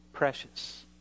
Precious